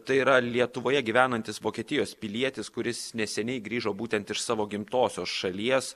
tai yra lietuvoje gyvenantis vokietijos pilietis kuris neseniai grįžo būtent iš savo gimtosios šalies